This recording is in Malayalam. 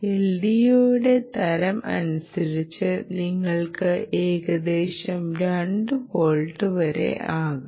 LDOയുടെ തരം അനുസരിച്ച് നിങ്ങൾക്ക് ഏകദേശം 2 വോൾട്ട് വരെ ആകാം